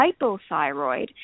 hypothyroid